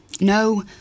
No